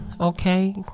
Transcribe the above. Okay